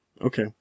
okay